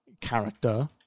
character